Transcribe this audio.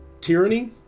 tyranny